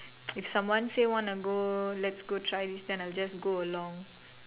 if someone say wanna go let's go try then I'll just go along